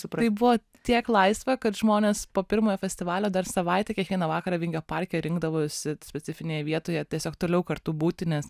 tai buvo tiek laisvė kad žmonės po pirmojo festivalio dar savaitę kiekvieną vakarą vingio parke rinkdavosi specifinėje vietoje tiesiog toliau kartu būti nes